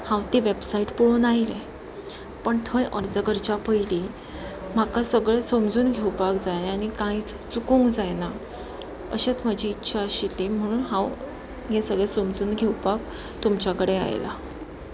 हांव ते वेबसायट पळोवन आयलें पण थंय अर्ज करच्या पयलीं म्हाका सगळें समजून घेवपाक जाय आनी कांयच चुकूंक जायना अशेंच म्हजी इच्छा आशिल्ली म्हणून हांव हें सगळें समजून घेवपाक तुमच्या कडेन आयलां